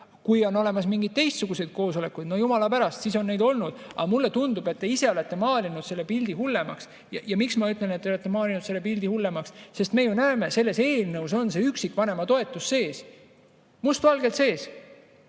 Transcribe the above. Kui on olnud mingeid teistsuguseid koosolekuid, no jumala pärast, ju neid siis on olnud. Aga mulle tundub, et te ise olete maalinud pildi hullemaks. Ja miks ma ütlen, et te olete maininud pildi hullemaks? Sest me ju näeme, selles eelnõus on üksikvanema toetus sees, must valgel sees.